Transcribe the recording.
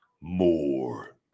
more